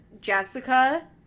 Jessica